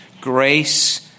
Grace